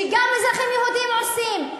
שגם אזרחים יהודים עושים,